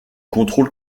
contrôle